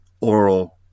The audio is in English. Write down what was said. oral